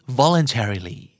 voluntarily